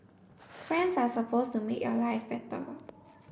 friends are supposed to make your life better